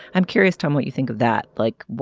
i'm curious tom what you think of that. like what.